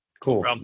Cool